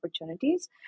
opportunities